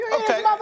Okay